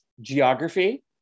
Geography